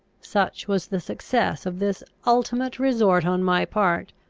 such was the success of this ultimate resort on my part,